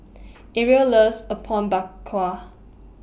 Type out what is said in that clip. Ariel loves Apom Berkuah